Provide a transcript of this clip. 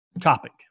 topic